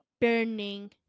burning